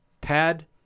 Pad